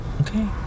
Okay